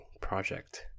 Project